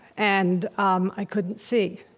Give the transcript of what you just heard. and um i couldn't see.